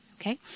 Okay